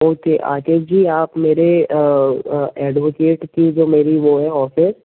okay Akesh ji आप मेरे advocate की जो मेरी वह है ऑफ़िस